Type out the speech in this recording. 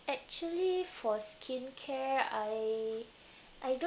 actually for skincare I I don't